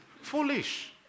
Foolish